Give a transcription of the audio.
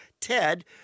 Ted